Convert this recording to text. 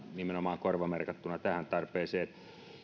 nimenomaan korvamerkattuna tähän tarpeeseen